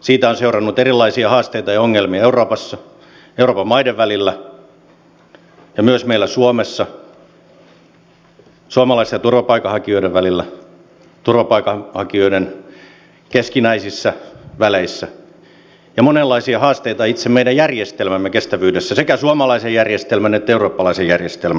siitä on seurannut erilaisia haasteita ja ongelmia euroopassa euroopan maiden välillä ja myös meillä suomessa suomalaisten ja turvapaikanhakijoiden välillä turvapaikanhakijoiden keskinäisissä väleissä ja monenlaisia haasteita itse meidän järjestelmämme kestävyydessä sekä suomalaisen järjestelmän että eurooppalaisen järjestelmän